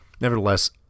nevertheless